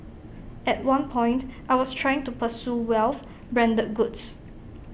at one point I was trying to pursue wealth branded goods